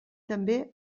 també